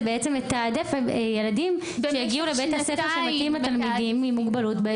זה תעדוף ילדים שיגיעו לבית הספר שמתאים לתלמידים עם מוגבלות,